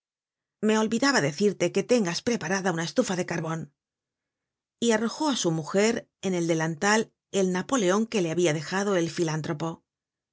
me olvidaba decirte que tengas preparada una estufa de carbon y arrojó á su mujer en el delantal el napoleon que le habia dejado el filántropo